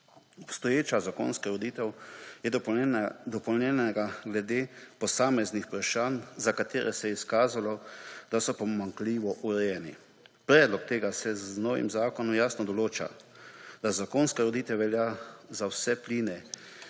Obstoječa zakonska ureditev je dopolnjena glede posameznih vprašanj, za katera se je izkazalo, da so pomanjkljivo urejena. Poleg tega se z novim zakonom jasno določa, da zakonska ureditev velja za vse pline,